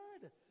good